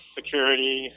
security